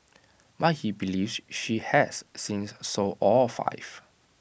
but he believes she has since sold all five